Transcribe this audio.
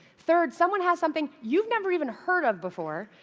third, someone has something you've never even heard of before.